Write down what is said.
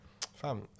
fam